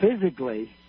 physically